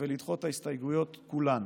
ולדחות את ההסתייגויות כולן.